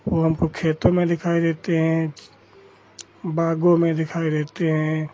वह हमको खेतों में दिखाई देते हैं बागों में दिखाई देते हैं